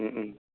उम उम